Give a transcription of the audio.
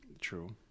True